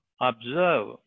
observe